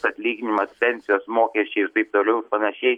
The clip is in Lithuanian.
atlyginimas pensijos mokesčiai ir taip toliau panašiai